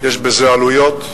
יש בזה עלויות,